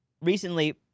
recently